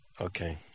Okay